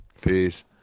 Peace